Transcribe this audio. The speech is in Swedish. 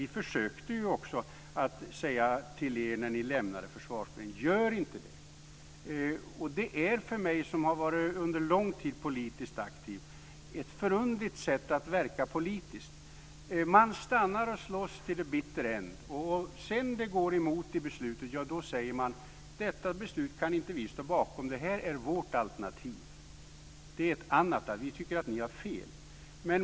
Vi försökte ju också att säga till er när ni lämnade Försvarsberedningen: Gör inte det! För mig som under lång tid har varit politiskt aktiv är det ett förunderligt sätt att verka politiskt. Man stannar och slåss to the bitter end, och sedan när det går emot i beslutet säger man: Detta beslut kan inte vi stå bakom. Det här är vårt alternativ. Vi tycker att ni har fel.